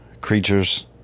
creatures